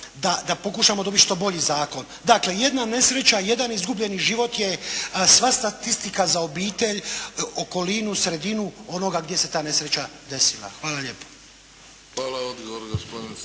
da pokušamo dobiti što bolji zakon. Dakle jedna nesreća, jedan izgubljeni život je, sva statistika za obitelj, okolinu, sredinu onoga gdje se ta nesreća desila. Hvala lijepo. **Bebić,